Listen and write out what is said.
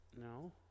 No